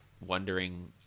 wondering